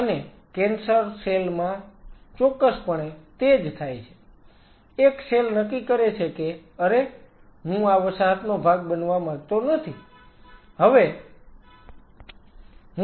અને cancer cell માં ચોક્કસપણે તે જ થાય છે એક સેલ નક્કી કરે છે કે અરે હું આ વસાહતનો ભાગ બનવા માંગતો નથી